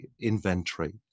inventory